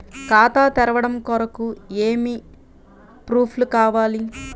ఖాతా తెరవడం కొరకు ఏమి ప్రూఫ్లు కావాలి?